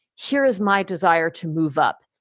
here is my desire to move up,